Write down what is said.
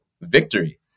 victory